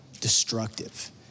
destructive